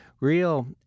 real